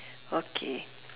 okay